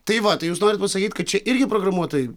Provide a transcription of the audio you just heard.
tai va tai jūs norit pasakyt kad čia irgi programuotojai